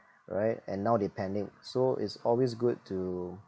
right and now depending so it's always good to